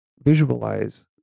visualize